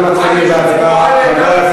זהבה גלאון, אדוני, אנחנו מתחילים בהצבעה.